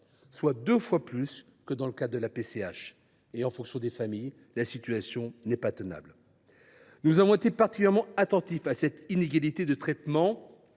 soit deux fois plus que dans le cadre de la PCH. Pour nombre de familles, la situation est intenable ! Nous avons été particulièrement attentifs à cette inégalité de traitement.